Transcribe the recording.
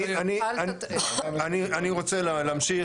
אני רוצה להמשיך.